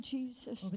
Jesus